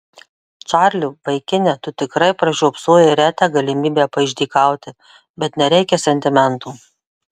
čarli vaikine tu tikrai pražiopsojai retą galimybę paišdykauti bet nereikia sentimentų